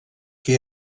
que